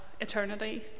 eternity